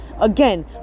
Again